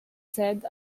said